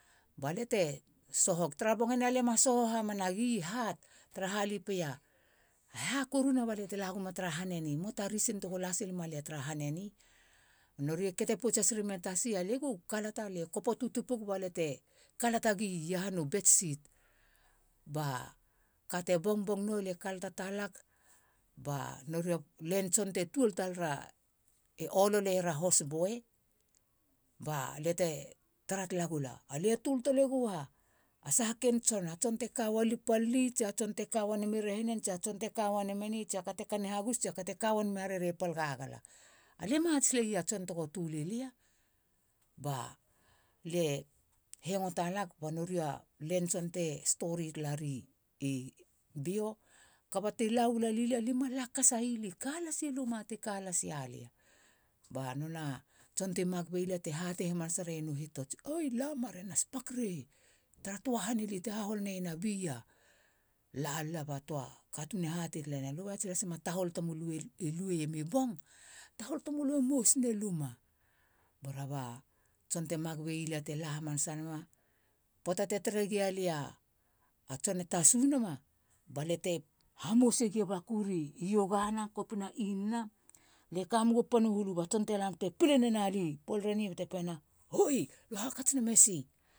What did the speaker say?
Ba lia te sohog tara bong, eni alia ma soho hamana gi, hat, tara alia i peia, e ha koruna balia te la guma tara han eni? E moa ta risin tara lia tego la silema lia tara han eni. Ba nori e kete pouts has rimei tasi, alia go kalata lie e kopo tutupug bate kalatagi iahana betsit. Ba kate bongbong nou lie kalata talag ba nori u len tson te tuol talar e ololeir a hosboi ba lia te tara tala gula, alie tol talegou a saha ken tson. A tson te ka ualala i pal li tsi a tson te ka uanama i rehinen tsi aka te ka uaname ni tsi a ka te ka uanama i hagus tsi a ka te ka uanama i harerehi tsi pal gagala. Alia ema atei silegi a tson tego tule lia. Ba lie hengo talag ba u len tson te stori talari bio. Kaba ti la ualali li, ali ma lakasai. Ali ka lasi luma ti kaia lia. Ba nonei a tson ti mak bei lia te hatei hamanasa rena u hitots, oi la muma are na spak re ili tara töa han te hahol nena a bia. Lalila ba töa katuun e hatei talenen. alöe atei sil haseiem a tahol tamölö i lueiema i bong? A tahol tamölö e mous nei luma. Bora ba tson te mak bei lia te la hamanasa nama. Pöata te taregia lia a tson e tasu nama, balia te hamosegi a bakur iogana kopina inana. Lie ka megu panu hulu. Ba tson te la nama bate pile nena lia i poler bate pena, hoi, alö e hakats neme si?